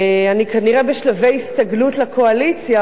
אני כנראה בשלבי הסתגלות לקואליציה,